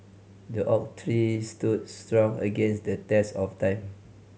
the oak tree stood strong against the test of time